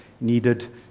needed